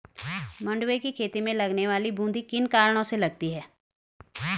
मंडुवे की खेती में लगने वाली बूंदी किन कारणों से लगती है?